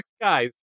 guys